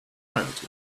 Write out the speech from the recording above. private